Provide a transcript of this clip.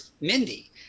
Mindy